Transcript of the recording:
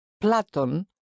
Platon